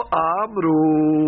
amru